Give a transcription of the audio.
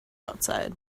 outside